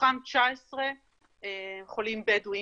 מתוכם 19 חולים בדואים,